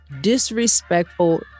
disrespectful